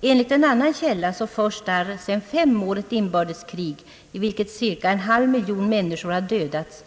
Enligt en annan källa förs där sedan fem år ett inbördeskrig, i vilket cirka en halv miljon människor dödats.